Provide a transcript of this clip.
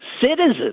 citizens